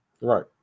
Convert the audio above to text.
Right